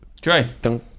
Dre